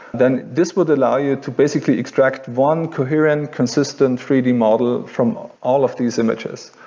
then this would allow you to basically extract one coherent, consistent three d model from all of these images.